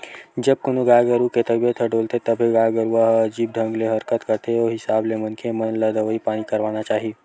जब कोनो गाय गरु के तबीयत ह डोलथे तभे गाय गरुवा ह अजीब ढंग ले हरकत करथे ओ हिसाब ले मनखे मन ल दवई पानी करवाना चाही